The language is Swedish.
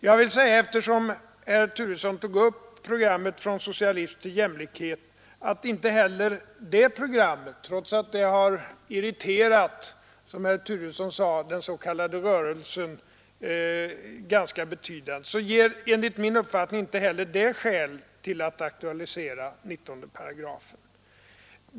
Herr Turesson tog i det sammanhanget upp programmet Från socialism till jämlikhet, men trots att det har irriterat ”den s.k. rörelsen”, som herr Turesson sade, ger inte heller det enligt min mening någon anledning att aktualisera 19 §.